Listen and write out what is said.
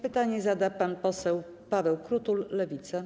Pytanie zada pan poseł Paweł Krutul, Lewica.